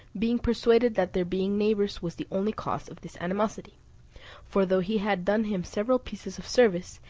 being persuaded that their being neighbours was the only cause of this animosity for though he had done him several pieces of service,